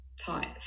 type